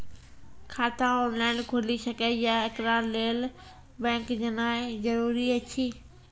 खाता ऑनलाइन खूलि सकै यै? एकरा लेल बैंक जेनाय जरूरी एछि?